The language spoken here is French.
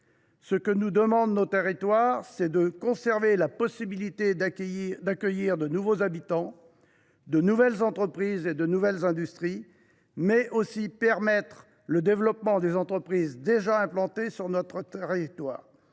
Ce que nous demandent nos territoires, c’est de conserver la possibilité d’accueillir de nouveaux habitants, de nouvelles entreprises et de nouvelles industries. C’est aussi de permettre le développement des entreprises déjà implantées, le tout en